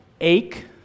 ache